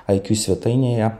iq svetainėje